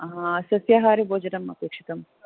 आ सस्याहारि भोजनम् अपेक्षितं